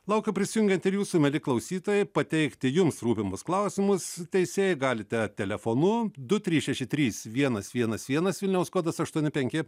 laukiu prisijungiant ir jūsų mieli klausytojai pateikti jums rūpimus klausimus teisėjai galite telefonu du trys šeši trys vienas vienas vienas vilniaus kodas aštuoni penki